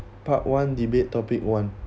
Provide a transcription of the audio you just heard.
part one debate topic one